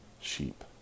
sheep